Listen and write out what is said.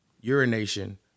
urination